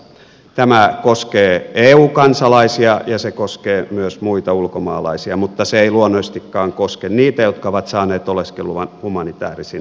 tämä koskee eu kansalaisia ja se koskee myös muita ulkomaalaisia mutta se ei luonnollisestikaan koske niitä jotka ovat saaneet oleskeluluvan humanitäärisin perustein